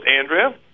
Andrea